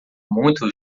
muito